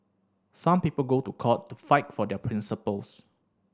some people go to court to fight for their principles